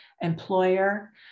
employer